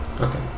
Okay